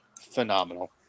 phenomenal